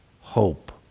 hope